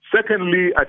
Secondly